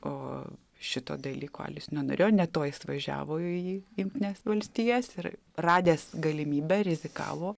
o šito dalyko alius nenorėjo ne to jis važiavo į jungtines valstijas ir radęs galimybę rizikavo